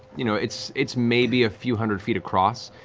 you know it's it's maybe a few hundred feet across.